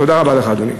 תודה רבה לך, אדוני.